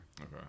Okay